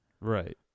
right